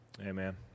Amen